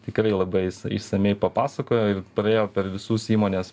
tikrai labai išsamiai papasakojo ir praėjo per visus įmonės